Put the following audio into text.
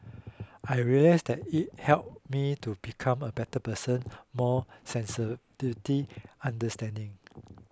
I realised that it helped me to become a better person more sensitivity understanding